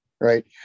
right